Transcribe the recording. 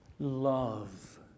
Love